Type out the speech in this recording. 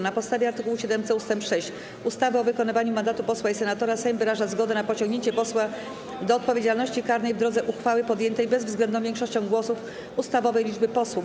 Na podstawie art. 7c ust. 6 ustawy o wykonywaniu mandatu posła i senatora Sejm wyraża zgodę na pociągnięcie posła do odpowiedzialności karnej w drodze uchwały podjętej bezwzględną większością głosów ustawowej liczby posłów.